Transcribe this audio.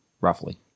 Roughly